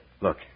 Look